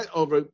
over